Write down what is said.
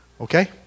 Okay